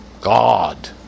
God